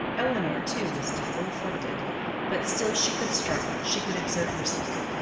elinor, too, was deeply afflicted but still she could struggle, she could exert herself.